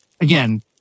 again